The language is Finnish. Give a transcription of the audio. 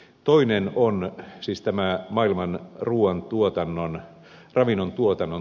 toinen on tämä maailman ravinnontuotannon tilanne